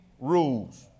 rules